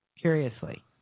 curiously